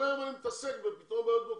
כל היום אני מתעסק בפתרון בעיות בירוקרטיות.